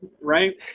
right